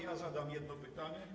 Ja zadam jedno pytanie.